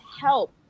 help